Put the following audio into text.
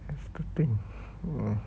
escorting !wah!